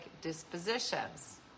dispositions